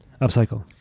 Upcycle